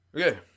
Okay